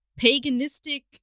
paganistic